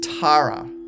Tara